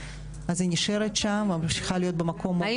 היא נשארת שם וממשיכה להיות במקום מוגן.